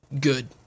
good